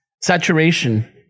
saturation